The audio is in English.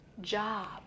job